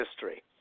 history